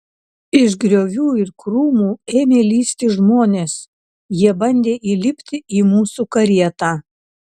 iš griovių ir krūmų ėmė lįsti žmonės jie bandė įlipti į mūsų karietą